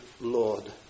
Lord